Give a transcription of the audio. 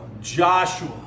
Joshua